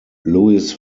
louis